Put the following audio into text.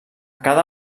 cada